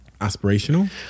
aspirational